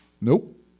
Nope